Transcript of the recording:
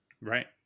Right